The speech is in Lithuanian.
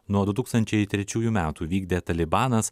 nuo du tūkstančiai trečiųjų metų vykdė talibanas